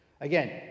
Again